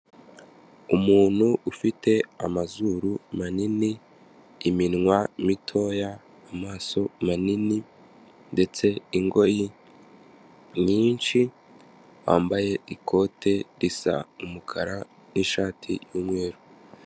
Umuntu ufite amazuru manini, iminwa mitoya, amaso manini, ndetse ingoyi nyinshi wambaye ikote risa umukara n'ishati y'umweru.